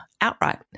outright